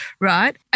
right